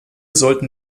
sollten